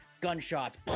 gunshots